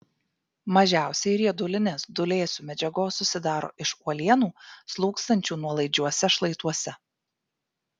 mažiausiai riedulinės dūlėsių medžiagos susidaro iš uolienų slūgsančių nuolaidžiuose šlaituose